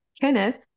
Kenneth